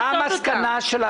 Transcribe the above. מה המסקנה?